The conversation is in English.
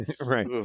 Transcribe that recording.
Right